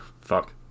fuck